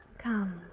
Come